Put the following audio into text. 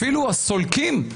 אפילו הסולקים,